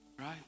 Right